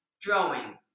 drawing